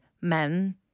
men